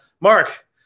Mark